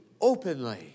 openly